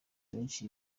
benshi